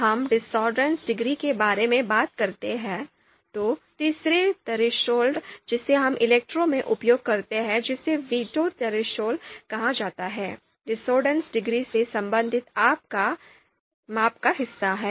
जब हम discordanceडिग्री के बारे में बात करते हैं तो तीसरे थ्रेशोल्ड जिसे हम इलेक्ट्रो में उपयोग करते हैं जिसे वीटो थ्रेशोल्ड कहा जाता है discordanceडिग्री से संबंधित माप का हिस्सा है